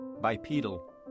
Bipedal